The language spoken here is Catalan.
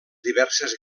diverses